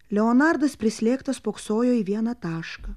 leonardas prislėgtas spoksojo į vieną tašką